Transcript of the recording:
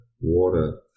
water